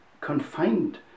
confined